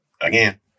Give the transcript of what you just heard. again